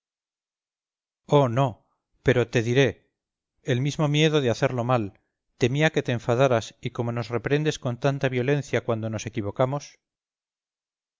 oh no pero te diré el mismo miedo de hacerlo mal temía que te enfadaras y como nos reprendes con tanta violencia cuando nos equivocamos